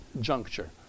juncture